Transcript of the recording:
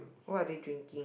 what are they drinking